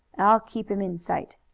i'll keep him in sight.